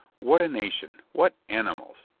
what a nation! what animals!